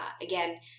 again